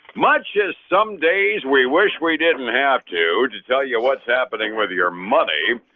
much as some days we wish we didn't have to to tell you what's happening with your money,